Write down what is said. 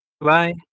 Bye